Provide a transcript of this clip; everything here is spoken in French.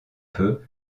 peu